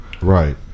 Right